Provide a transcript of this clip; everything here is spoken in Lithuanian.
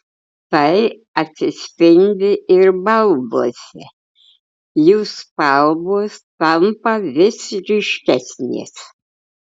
tai atsispindi ir balduose jų spalvos tampa vis ryškesnės